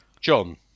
John